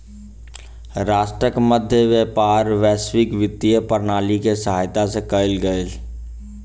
राष्ट्रक मध्य व्यापार वैश्विक वित्तीय प्रणाली के सहायता से कयल गेल